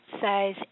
size